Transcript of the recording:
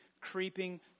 creeping